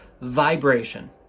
vibration